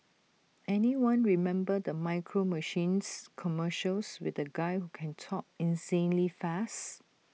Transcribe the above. anyone remember the micro machines commercials with the guy who can talk insanely fast